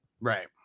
Right